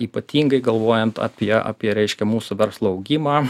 ypatingai galvojant apie apie reiškia mūsų verslo augimą